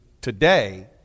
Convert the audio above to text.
today